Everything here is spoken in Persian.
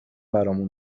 برامون